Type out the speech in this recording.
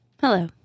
Hello